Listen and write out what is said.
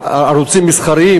הערוצים המסחריים.